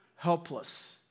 Helpless